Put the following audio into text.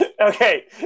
Okay